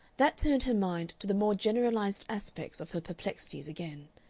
that turned her mind to the more generalized aspects of her perplexities again.